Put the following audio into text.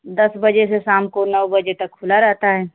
दस बजे से शाम को नौ बजे तक खुला रहता है